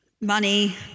money